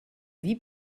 vie